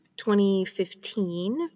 2015